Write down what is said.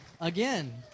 again